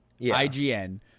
IGN